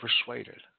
persuaded